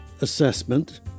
Assessment